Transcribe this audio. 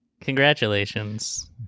Congratulations